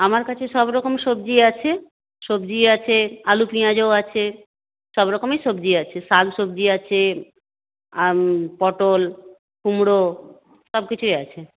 আমার কাছে সব রকম সবজি আছে সবজি আছে আলু পেঁয়াজ আছে সব রকমই সবজি আছে শাক সবজি আছে আর পটল কুমড়ো সব কিছুই আছে